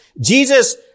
Jesus